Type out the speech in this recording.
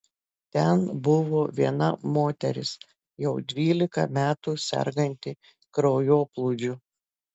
ten buvo viena moteris jau dvylika metų serganti kraujoplūdžiu